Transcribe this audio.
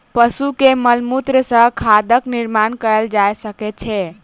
पशु के मलमूत्र सॅ खादक निर्माण कयल जा सकै छै